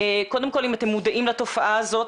קודם כל אם אתם מודעים לתופעה הזאת,